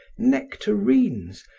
nectarines,